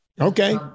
Okay